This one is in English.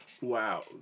Wow